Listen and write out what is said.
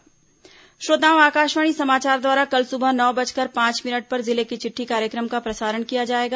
जिले की चिट्ठी श्रोताओं आकाशवाणी समाचार द्वारा कल सुबह नौ बजकर पांच मिनट पर जिले की चिट्ठी कार्यक्रम का प्रसारण किया जाएगा